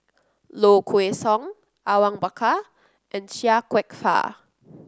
Low Kway Song Awang Bakar and Chia Kwek Fah